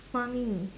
funny